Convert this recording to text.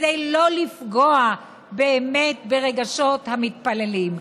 כדי לא לפגוע באמת ברגשות המתפללים.